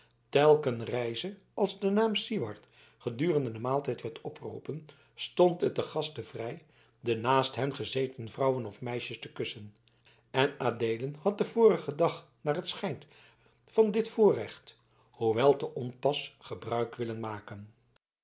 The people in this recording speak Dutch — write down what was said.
telken reize als de naam siward gedurende den maaltijd werd opgeroepen stond het den gasten vrij de naast hen gezeten vrouwen of meisjes te kussen en adeelen had den vorigen dag naar het schijnt van dit voorrecht hoewel te onpas gebruik willen maken